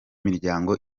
miryango